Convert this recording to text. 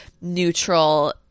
neutral